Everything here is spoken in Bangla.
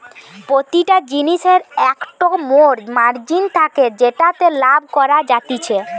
প্রতিটা জিনিসের একটো মোর মার্জিন থাকে যেটাতে লাভ করা যাতিছে